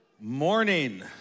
morning